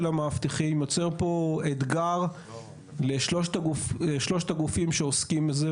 המאבטחים יוצר פה אתגר לשלושת הגופים שעוסקים בזה,